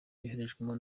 yoherejwemo